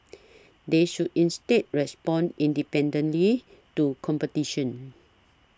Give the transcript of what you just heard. they should instead respond independently to competition